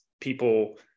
people